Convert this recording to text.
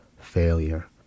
failure